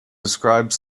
describe